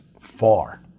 far